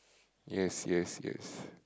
yes yes yes